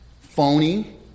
phony